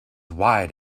wide